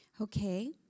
Okay